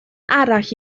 arall